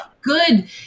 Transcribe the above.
good